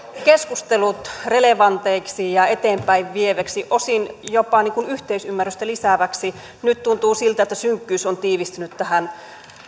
keskustelut relevanteiksi ja eteenpäin vieviksi osin jopa yhteisymmärrystä lisääviksi nyt tuntuu siltä että synkkyys on tiivistynyt tähän